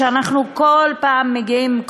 שאנחנו כל פעם מגיעים,